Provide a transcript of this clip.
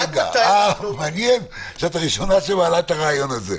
אה, מעניין שאת הראשונה שמעלה את הרעיון הזה.